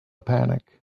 panic